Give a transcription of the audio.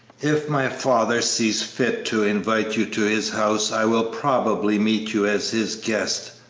if my father sees fit to invite you to his house i will probably meet you as his guest,